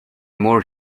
more